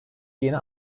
yeni